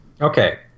Okay